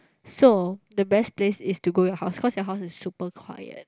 so the best place is to go your house cause your house is super quiet